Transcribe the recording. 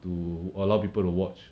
to allow people to watch